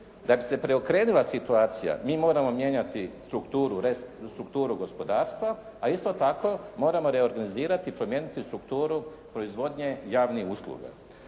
Da bi se preokrenula situacija mi moramo mijenjati strukturu gospodarstva, a isto tako moramo reorganizirati, promijeniti strukturu proizvodnje javnih usluga.